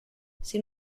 sin